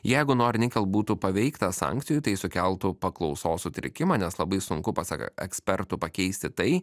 jeigu nor nikel būtų paveikta sankcijų tai sukeltų paklausos sutrikimą nes labai sunku pasak ekspertų pakeisti tai